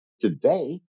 today